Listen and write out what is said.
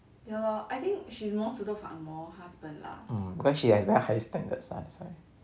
mm cause she has very high standards lah that's why